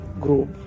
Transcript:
group